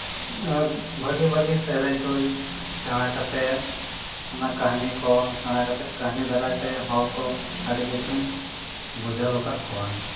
ᱟᱨ ᱵᱷᱟᱜᱮ ᱵᱷᱟᱜᱮ ᱥᱮᱨᱮᱧ ᱠᱚᱸᱧ ᱥᱮᱬᱟ ᱠᱟᱛᱮ ᱚᱱᱟ ᱠᱟᱹᱦᱱᱤ ᱠᱚ ᱚᱱᱟ ᱠᱟᱛᱮᱫ ᱠᱟᱹᱦᱱᱤ ᱫᱟᱨᱟᱭᱛᱮ ᱦᱚᱲ ᱠᱚ ᱟᱹᱰᱤ ᱠᱤᱪᱷᱩᱧ ᱵᱩᱡᱷᱟᱹᱣ ᱠᱟᱫ ᱠᱚᱣᱟ